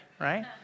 right